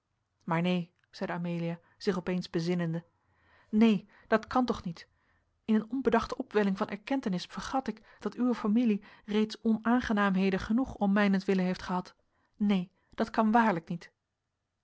maar neen zeide amelia zich opeens bezinnende neen dat kan toch niet in een onbedachte opwelling van erkentenis vergat ik dat uwe familie reeds onaangenaamheden genoeg om mijnentwille heeft gehad neen dat kan waarlijk niet